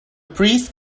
priest